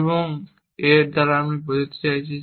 এবং এর দ্বারা আমরা বলতে চাইছি